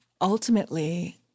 ultimately